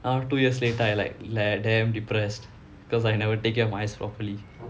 now two years later I like like damn depressed because I never take care of my eyes properly